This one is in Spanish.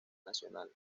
nacional